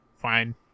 Fine